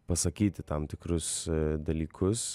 pasakyti tam tikrus dalykus